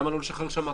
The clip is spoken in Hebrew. למה לא לשחרר שם?